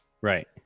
Right